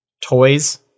toys